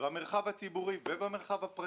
במרחב הציבורי ובמרחב הפרטי,